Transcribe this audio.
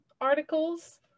articles